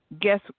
guess